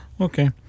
Okay